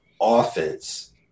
offense